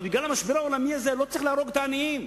אבל בגלל המשבר העולמי הזה לא צריך להרוג את העניים,